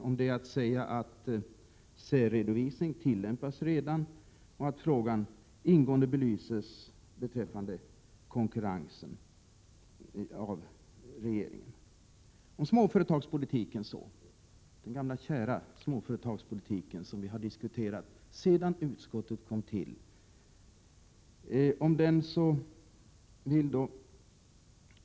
Om det kan sägas att särredovisning redan tillämpas och att frågan om konkurrensen ingående belyses av regeringen. Den gamla kära småföretagspolitiken har vi diskuterat sedan utskottet kom till.